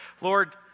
Lord